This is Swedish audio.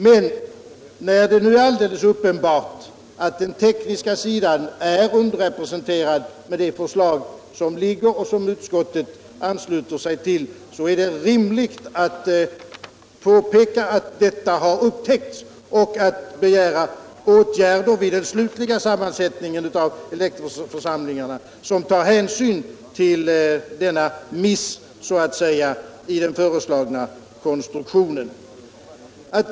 Men när det nu är helt uppenbart att den tekniska sidan är underrepresenterad med det förslag som ligger och som utskottet ansluter sig till, är det rimligt att påpeka att detta har upptäckts och att begära åtgärder vid den slutliga sammansättningen av elektorsförsamlingarna, som skall ta hänsyn till denna miss i den föreslagna konstruktionen.